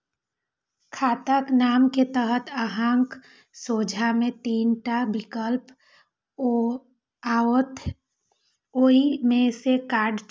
खाताक नाम के तहत अहांक सोझां मे तीन टा विकल्प आओत, ओइ मे सं कार्ड चुनू